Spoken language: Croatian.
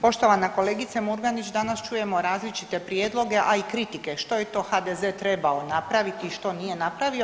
Poštovana kolegice Murganić, danas čujemo različite prijedloge, a i kritike što je to HDZ trebao napraviti i što nije napravio.